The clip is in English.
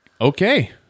okay